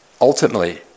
ultimately